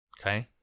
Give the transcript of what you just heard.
okay